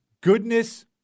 Goodness